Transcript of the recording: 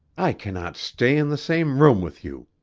i cannot stay in the same room with you.